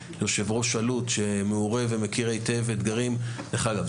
יושב-ראש אלו"ט שמעורה ומכיר היטב אתגרים דרך אגב,